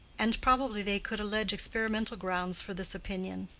and probably they could allege experimental grounds for this opinion.